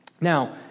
Now